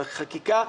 בחקיקה,